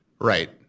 Right